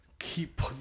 keep